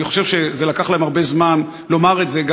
חושב שזה לקח להם הרבה זמן לומר את זה,